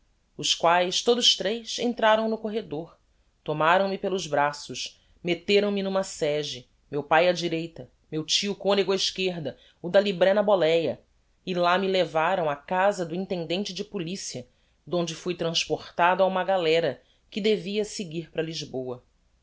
os quaes todos tres entraram no corredor tomaram me pelos braços metteram me n'uma sege meu pae á direita meu tio conego á esquerda o da libré na boléa e lá me levaram á casa do intendente de policia donde fui transportado a uma galera que devia seguir para lisboa